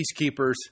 peacekeepers